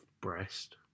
breast